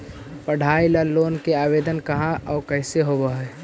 पढाई ल लोन के आवेदन कहा औ कैसे होब है?